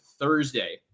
Thursday